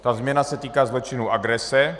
Ta změna se týká zločinu agrese.